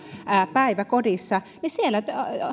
päiväkodissa ja siellä